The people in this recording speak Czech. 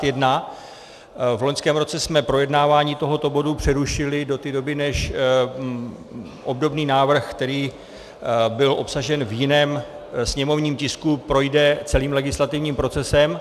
V loňském roce jsme projednávání tohoto bodu přerušili do té doby, než obdobný návrh, který byl obsažen v jiném sněmovním tisku, projde celým legislativním procesem.